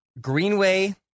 Greenway